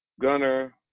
Gunner